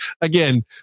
again